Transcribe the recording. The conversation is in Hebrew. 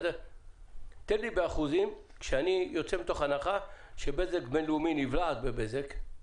תן לי באחוזים כשאני יוצא מתוך הנחה שבזק בינלאומי נבלע בבזק,